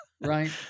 Right